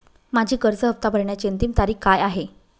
माझी कर्ज हफ्ता भरण्याची अंतिम तारीख काय आहे?